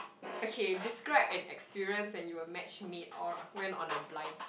okay describe an experience when you were matchmade or went on a blind